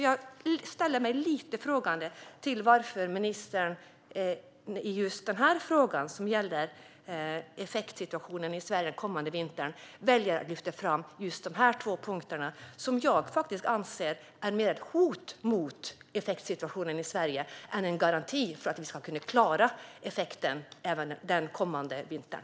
Jag ställer mig lite frågande till att ministern i ett svar som gäller effektsituationen i Sverige den kommande vintern väljer att lyfta fram just dessa två punkter. Jag anser faktiskt att detta är mer ett hot mot effektsituationen i Sverige än en garanti för att vi ska kunna klara effekten den kommande vintern.